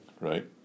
right